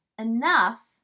enough